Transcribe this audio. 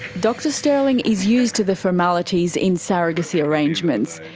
dr stirling is used to the formalities in surrogacy arrangements.